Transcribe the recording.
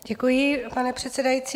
Děkuji, pane předsedající.